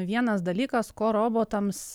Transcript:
vienas dalykas ko robotams